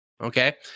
okay